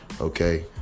Okay